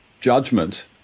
judgment